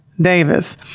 Davis